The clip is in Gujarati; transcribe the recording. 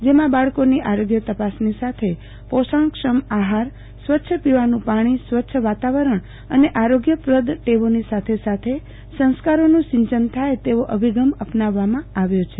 જેમાં બાળકોની આરોગ્ય તપાસની સાથે પોષણક્ષમ આહારસ્વચ્છ પીવાનું પણી સ્વચ્છ વાતાવરણ અને આરોગ્યપ્રદ ટેવોની સાથે સાથે સંસ્કારોનું સિંચન થાય તેવો અભિગમ અપનાવવામાં આવ્યો છે